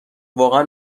واقعا